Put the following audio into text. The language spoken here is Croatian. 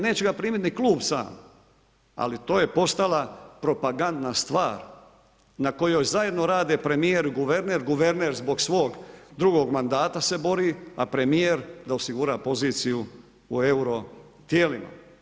Neće ga primiti ni klub sam, ali to je postala propagandna stvar na kojoj zajedno rade premijer i guverner, guverner zbog svog drugog mandata se bori a premijer da osigura poziciju u euro tijelima.